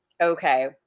okay